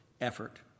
effort